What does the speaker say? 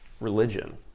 religion